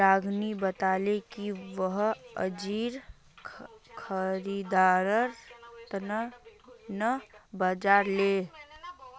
रागिनी बताले कि वई अंजीर खरीदवार त न बाजार गेले